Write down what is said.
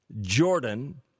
Jordan